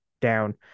down